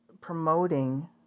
promoting